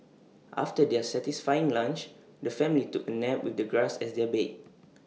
after their satisfying lunch the family took A nap with the grass as their bed